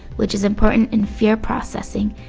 which is important in fear processing,